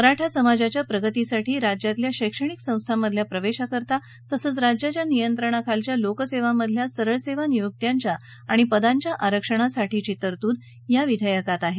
मराठा समाजाच्या प्रगतीसाठी राज्यातील शैक्षणिक संस्थांमधील प्रवेशाकरिता तसंच राज्याच्या नियंत्रणाखालील लोकसेवांमधल्या सरळसेवा नियुक्त्यांच्या आणि पदांच्या आरक्षणासाठीची तरतूद या विधेयकात आहे